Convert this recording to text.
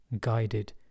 guided